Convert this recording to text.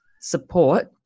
support